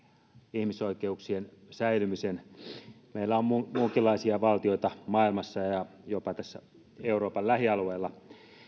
ihmisoikeuksien säilymisen meillä on muunkinlaisia valtioita maailmassa ja jopa tässä euroopan lähialueella